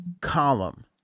Column